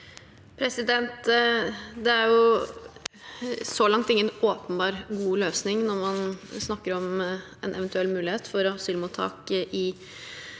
Det er så langt in- gen åpenbar god løsning når man snakker om en eventuell mulighet for asylmottak i